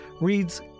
reads